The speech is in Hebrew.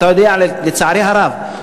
לצערי הרב,